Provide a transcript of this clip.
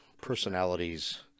personalities